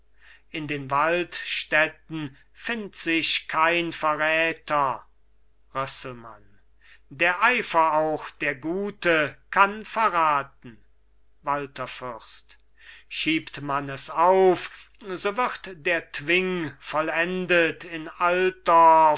in den waldstätten findt sich kein verräter rösselmann der eifer auch der gute kann verraten walther fürst schiebt man es auf so wird der twing vollendet in